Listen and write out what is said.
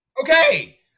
Okay